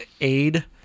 aid